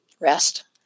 rest